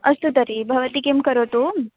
अस्तु तर्हि भवती किं करोतु